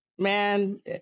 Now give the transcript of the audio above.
man